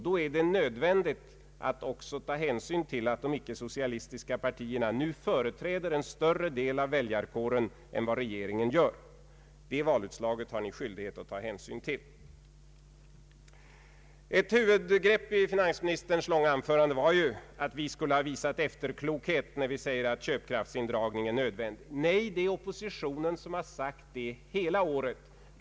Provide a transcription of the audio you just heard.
Då är det nödvändigt att också ta hänsyn till att de icke socialistiska partierna nu företräder en större del av väljarkåren än regeringen gör. Det valutslaget har ni skyldighet att ta hänsyn till. Ett huvudbegrepp i finansministerns långa anförande var ju att vi skulle ha visat efterklokhet när vi säger att en köpkraftsindragning är nödvändig. Nej, det är oppositionen som har sagt detta hela året.